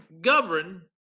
govern